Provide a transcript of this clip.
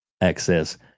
access